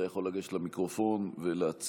אתה יכול לגשת למיקרופון ולהציג